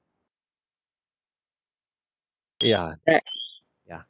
ya ya